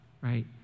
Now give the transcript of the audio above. right